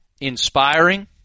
inspiring